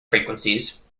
frequencies